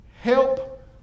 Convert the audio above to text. Help